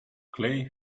clay